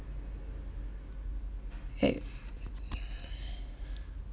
okay